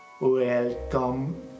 Welcome